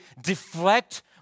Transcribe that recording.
deflect